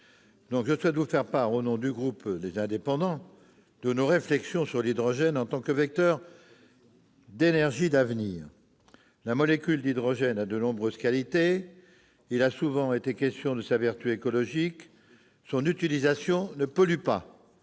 je souhaite vous faire part de nos réflexions sur l'hydrogène en tant que vecteur d'énergie d'avenir. La molécule d'hydrogène a de nombreuses qualités. Il a souvent été question de sa vertu écologique : son utilisation ne pollue pas.